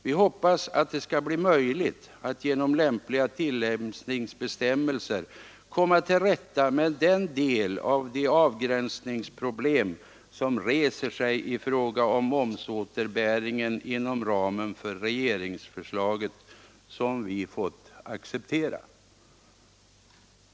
Vi hoppas att det skall bli möjligt att genom lämpliga tillämpningsbestämmelser komma till rätta med en del av de avgränsningsproblem som reser sig i fråga om momsåterbäringen inom ramen för regeringsförslaget som vi har fått acceptera.